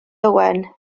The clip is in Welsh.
owen